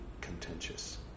contentious